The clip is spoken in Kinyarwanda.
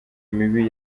mibi